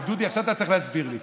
דודי, עכשיו אתה צריך להסביר לי,